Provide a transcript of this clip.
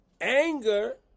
Anger